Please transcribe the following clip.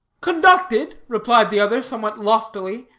conducted, replied the other somewhat loftily,